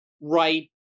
right